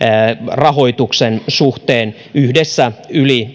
rahoituksen suhteen yhdessä yli